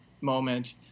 moment